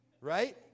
right